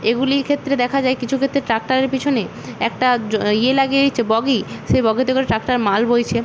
এগুলির ক্ষেত্রে দেখা যায় কিছু ক্ষেত্রে ট্র্যাক্টরের পিছনে একটা ইয়ে লাগিয়ে দিচ্ছে বগি সেই বগিতে করে ট্র্যাক্টর মাল বইছে